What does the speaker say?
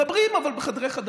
מדברים, אבל בחדרי-חדרים.